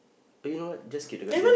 you know what just skip the question